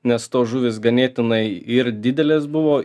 nes tos žuvys ganėtinai ir didelės buvo